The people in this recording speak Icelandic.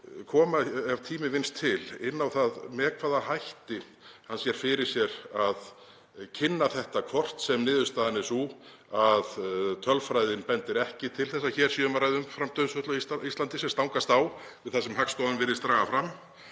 koma, ef tími vinnst til, inn á það með hvaða hætti hann sér fyrir sér að kynna þetta, hvort sem niðurstaðan er sú að tölfræðin bendi ekki til þess að hér sé um að ræða umframdauðsföll á Íslandi, sem stangast á við það sem Hagstofan virðist draga fram,